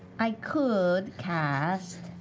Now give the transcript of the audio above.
i could cast